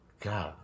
God